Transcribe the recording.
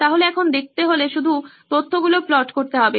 তাহলে এখন দেখতে হলে শুধু তথ্য গুলো প্লট করতে হবে